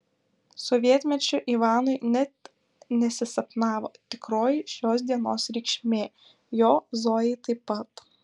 sovietmečiu ivanui net nesisapnavo tikroji šios dienos reikšmė jo zojai taip pat